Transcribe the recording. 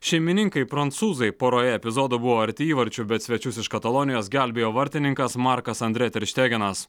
šeimininkai prancūzai poroje epizodų buvo arti įvarčių bet svečius iš katalonijos gelbėjo vartininkas markas andre terštegenas